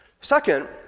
Second